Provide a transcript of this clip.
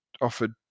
offered